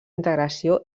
integració